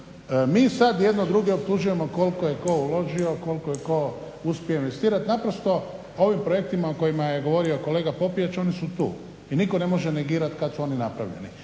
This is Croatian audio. mi sad jedni druge optužujemo koliko je tko uložio, koliko je tko uspio investirati. Naprosto, ovim projektima o kojima je govorio kolega Popijač oni su tu i nitko ne može negirati kad su oni napravljeni.